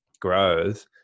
growth